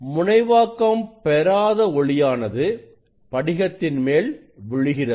முனைவாக்கம் பெறாத ஒளியானது படிகத்தின் மேல் விழுகிறது